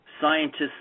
scientists